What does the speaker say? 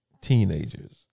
teenagers